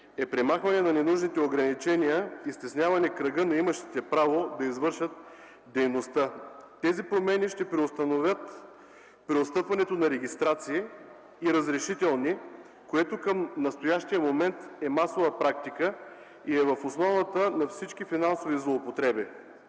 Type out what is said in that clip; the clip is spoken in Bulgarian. е премахване на ненужните ограничения и стесняване кръга на имащите право да извършват дейността. Тези промени ще преустановят преотстъпването на регистрации и разрешителни, което към настоящия момент е масова практика и е в основата на всички финансови злоупотреби.